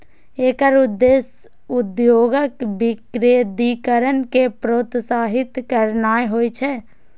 एकर उद्देश्य उद्योगक विकेंद्रीकरण कें प्रोत्साहित करनाय होइ छै